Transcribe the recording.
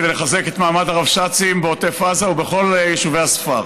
כדי לחזק את מעמד הרבש"צים בעוטף עזה ובכל יישובי הספר.